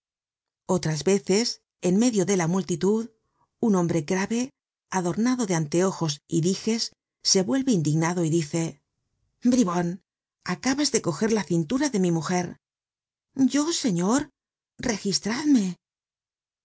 otras veces en medio de la multitud un hombre grave adornado de anteojos y diges se vuelve indignado y dice bribon acabas de coger la cintura de mi mujer yo señor registradme